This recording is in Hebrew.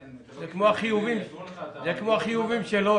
זה כמו החיובים של הוט,